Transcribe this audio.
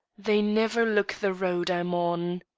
they never look the road i'm on.